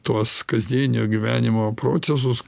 tuos kasdieninio gyvenimo procesus